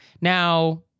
Now